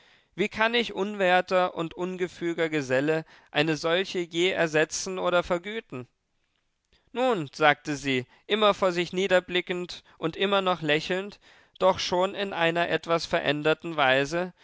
wie kann ich unwerter und ungefüger geselle eine solche je ersetzen oder vergüten nun sagte sie immer vor sich niederblickend und immer noch lächelnd doch schon in einer etwas veränderten weise